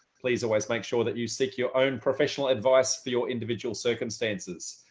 please always make sure that you seek your own professional advice for your individual circumstances.